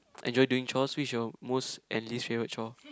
enjoy doing chores which is your most and least chores